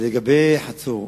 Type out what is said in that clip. לגבי חצור,